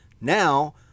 now